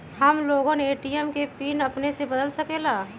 हम लोगन ए.टी.एम के पिन अपने से बदल सकेला?